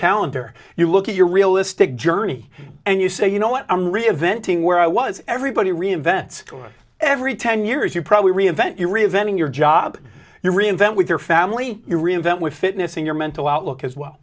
calendar you look at your realistic journey and you say you know what i'm reinventing where i was everybody reinvents every ten years you probably reinvent your reinventing your job your reinvent with your family your reinvent with fitness and your mental outlook as well